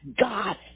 God